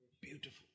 beautiful